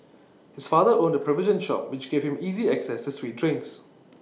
his father owned A provision shop which gave him easy access to sweet drinks